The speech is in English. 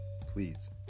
please